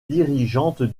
dirigeante